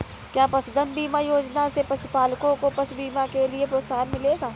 क्या पशुधन बीमा योजना से पशुपालकों को पशु बीमा के लिए प्रोत्साहन मिलेगा?